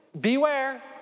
beware